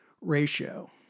ratio